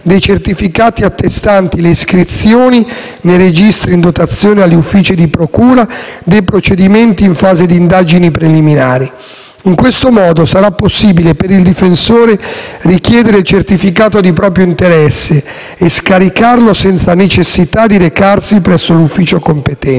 dei certificati attestanti le iscrizioni, nei registri in dotazione agli uffici di procura, dei procedimenti in fase di indagini preliminari. In questo modo, sarà possibile per il difensore richiedere il certificato di proprio interesse e scaricarlo senza necessità di recarsi presso l'ufficio competente.